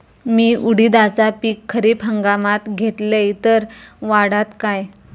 मी उडीदाचा पीक खरीप हंगामात घेतलय तर वाढात काय?